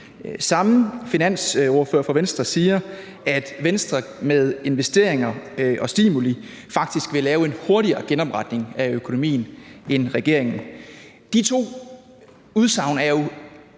Samme finansordfører siger, at Venstre med investeringer og stimuli faktisk vil lave en hurtigere genopretning af økonomien end regeringen. De to udsagn er jo